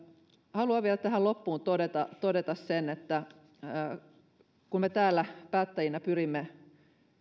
haluan vielä tähän loppuun todeta todeta sen että kun me täällä päättäjinä pyrimme